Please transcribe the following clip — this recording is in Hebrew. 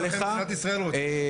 יופיעו בדברי הימים של הכנסת.